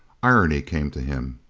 irony came to him.